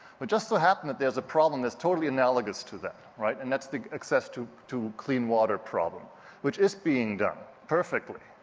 but it just so happened that there is a problem that's totally analogous to that, right, and that's the access to to clean water problem which is being done perfectly,